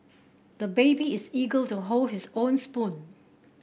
the baby is eager to hold his own spoon